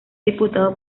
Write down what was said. diputado